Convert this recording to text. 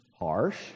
harsh